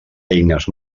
eines